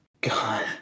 god